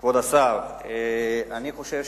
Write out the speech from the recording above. נא להתחיל.